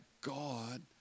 God